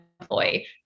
employee